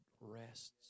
rests